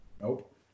Nope